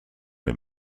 him